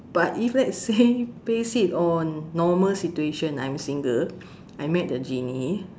but if let's say face it on normal situation I'm single I met the genie